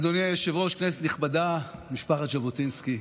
אדוני היושב-ראש, כנסת נכבדה, משפחת ז'בוטינסקי,